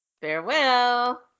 Farewell